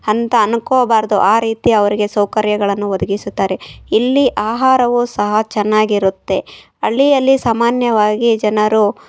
ಅಂತ ಅಂದ್ಕೋಬಾರ್ದು ಆ ರೀತಿ ಅವ್ರಿಗೆ ಸೌಕರ್ಯಗಳನ್ನು ಒದಗಿಸುತ್ತಾರೆ ಇಲ್ಲಿ ಆಹಾರವು ಸಹ ಚೆನ್ನಾಗಿರುತ್ತೆ ಹಳ್ಳಿಯಲ್ಲಿ ಸಾಮಾನ್ಯವಾಗಿ ಜನರು